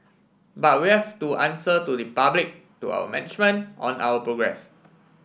but we have to answer to the public to our management on our progress